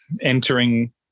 entering